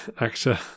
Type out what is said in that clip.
actor